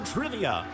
Trivia